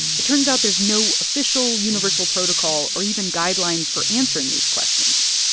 it turns out there's no official universal protocol or even guidelines for answering these questions.